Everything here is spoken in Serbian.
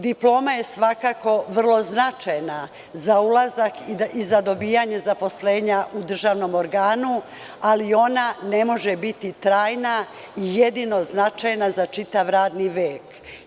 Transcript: Diploma je svakako vrlo značajna za dobijanje zaposlenja u državnom organu, ali ona ne može biti trajna i jedino značajna za čitav radni vek.